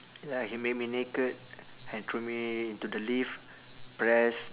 like he made me naked and throw me into the lift press